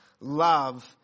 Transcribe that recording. love